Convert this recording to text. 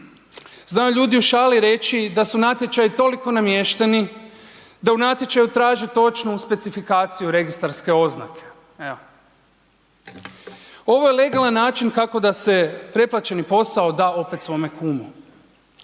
Znaju ljudi u šali reći da su natječaji toliko namješteni, da u natječaju traže točnu specifikaciju registarske oznake evo. Ovo je legalan način kako da se preplaćeni posao da opet svome kumu.